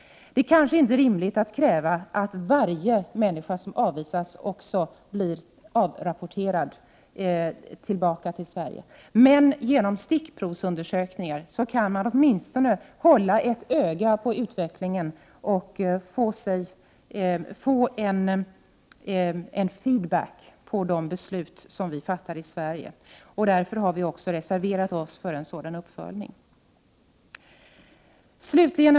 Det kanske inte är rimligt att kräva en rapportering av vad som händer med varje människa som avvisas. Men genom stickprovsundersökningar kan man åtminstone hålla ett öga på utvecklingen och få en feedback på de beslut vi fattar i Sverige. Därför har vi reserverat oss till förmån för en sådan uppföljning. Herr talman!